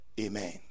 amen